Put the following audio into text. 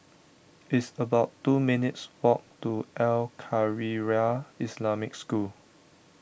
it's about two minutes' walk to Al Khairiah Islamic School